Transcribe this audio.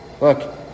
Look